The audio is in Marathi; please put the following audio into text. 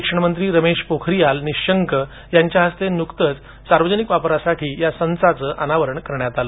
शिक्षण मंत्री रमेश पोखरीयाल निशंक यांच्या हस्ते नुकतंच सार्वजनिक वापरासाठी ह्या संचाचं अनावरण करण्यात आलं